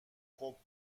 خوب